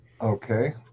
Okay